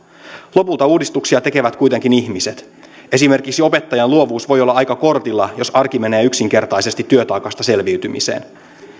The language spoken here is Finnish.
lopulta uudistuksia tekevät kuitenkin ihmiset esimerkiksi opettajan luovuus voi olla aika kortilla jos arki menee yksinkertaisesti työtaakasta selviytymiseen